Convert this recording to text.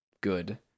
good